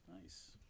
Nice